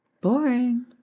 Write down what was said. boring